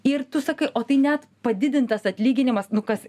ir tu sakai o tai net padidintas atlyginimas nu kas